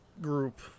group